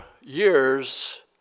years